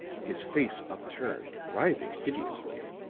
his face upturned, writhing hideously.